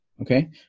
okay